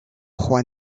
juan